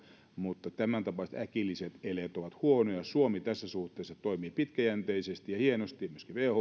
mutta tämäntapaiset äkilliset eleet ovat huonoja suomi tässä suhteessa toimii pitkäjänteisesti ja hienosti myöskin whon suuntaan on lisännyt